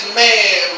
man